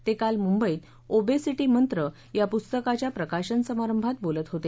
ते काल मुंबईत ओबेसिटी मंत्र या पुस्तकाच्या प्रकाशन समारंभात बोलत होते